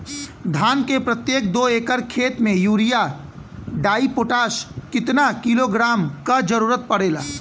धान के प्रत्येक दो एकड़ खेत मे यूरिया डाईपोटाष कितना किलोग्राम क जरूरत पड़ेला?